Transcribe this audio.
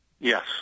Yes